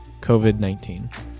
COVID-19